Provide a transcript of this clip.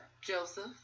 Joseph